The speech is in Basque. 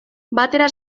batera